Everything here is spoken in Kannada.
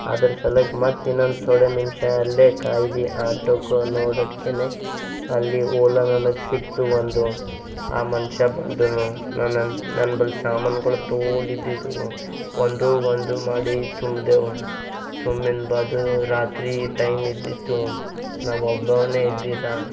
ಅದರ ಸಲುಕ್ಕ ಮತ್ತು ಇನ್ನೊಂದ ಥೋಡೆ ನಿಮಿಷ ಅಲ್ಲೇ ಕಾಯ್ದು ಆಟೋಕು ನೋಡೋಟ್ಕೆನೆ ಅಲ್ಲಿ ಓಲಾ ನನಗ ಸಿಕ್ತು ಒಂದು ಆ ಮನುಷ್ಯ ಬಂದನು ನನನ್ನ ನನ್ಬಳಿ ಸಾಮಾನ್ಗಳು ತೋಂಡಿದ್ದಿದ್ವು ಒಂದು ಒಂದು ಮಾಡಿ ತುಂಬಿದೆವು ತುಂಬಿನ್ನ ಬಾದ ರಾತ್ರಿ ಟೈಮಿದ್ದಿತ್ತು ನಾವೊಬ್ಬವನೆ ಇದ್ದಿದ್ದು